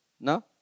No